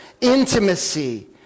intimacy